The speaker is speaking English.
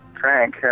frank